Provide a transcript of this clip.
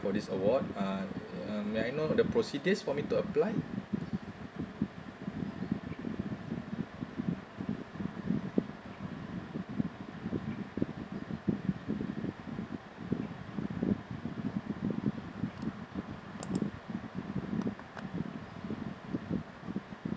for this award uh uh may I know the procedures for me to apply